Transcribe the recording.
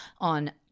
On